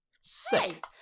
Sick